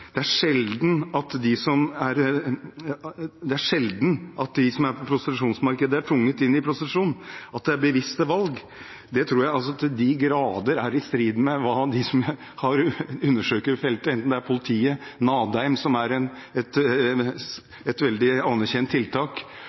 de som er på prostitusjonsmarkedet, er tvunget inn i prostitusjon, men at det er bevisste valg. Det tror jeg til de grader er i strid med hva de som undersøker feltet, forteller, enten det er politiet, Nadheim, som er et veldig anerkjent tiltak